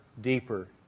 deeper